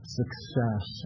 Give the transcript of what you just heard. success